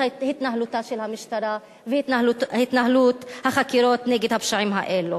התנהלותה של המשטרה והתנהלות החקירות נגד הפשעים האלה.